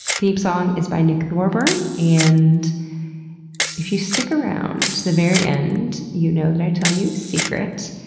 theme song is by nick thorburn. and if you stick around to the very end, you know that i tell you a secret.